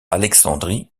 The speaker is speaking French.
alexandrie